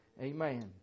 Amen